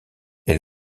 elle